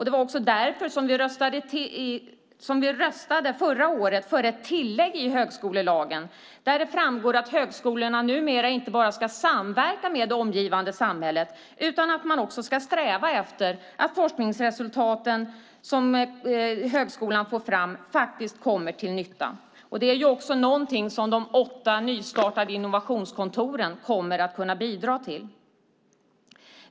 Det var också därför som vi förra året röstade för ett tillägg i högskolelagen där det framgår att högskolorna numera inte bara ska samverka med det omgivande samhället utan också ska sträva efter att forskningsresultaten som högskolan får fram kommer till nytta. Det är någonting som de åtta nystartade innovationskontoren kommer att kunna bidra till.